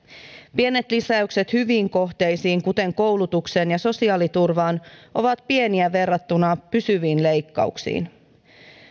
pienet lisäykset hyviin kohteisiin kuten koulutukseen ja sosiaaliturvaan ovat pieniä verrattuna pysyviin leikkauksiin